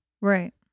Right